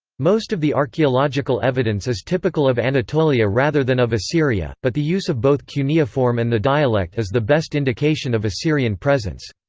most of the archaeological evidence is typical of anatolia anatolia rather than of assyria, but the use of both cuneiform and the dialect is the best indication of assyrian presence.